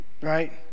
right